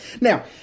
Now